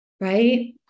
right